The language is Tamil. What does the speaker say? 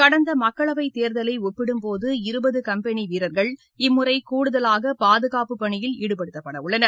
கடந்த மக்களவைத் தேர்தலை ஒப்பிடும் போது இருபது கம்பெனி வீரர்கள் இம்முறை கூடுதலாக பாதுகாப்புப் பணியில் ஈடுபடுத்தப்பட உள்ளனர்